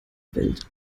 welt